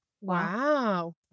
Wow